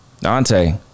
Dante